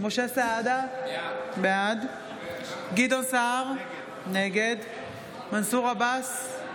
משה סעדה, בעד גדעון סער, נגד מנסור עבאס,